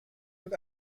und